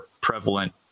prevalent